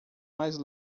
mais